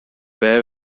bear